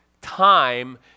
time